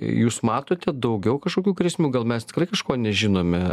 jūs matote daugiau kažkokių grėsmių gal mes tikrai kažko nežinome